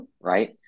right